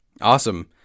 Awesome